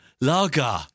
Lager